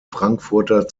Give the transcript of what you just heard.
frankfurter